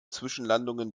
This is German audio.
zwischenlandungen